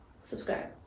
subscribe